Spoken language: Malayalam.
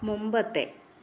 മുമ്പത്തെ